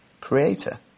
Creator